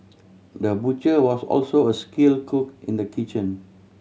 the butcher was also a skill cook in the kitchen